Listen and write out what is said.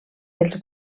els